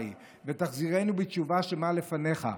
ותחזירנו בתשובה שלמה לפניך,